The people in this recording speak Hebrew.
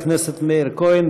חבר הכנסת מאיר כהן,